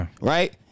right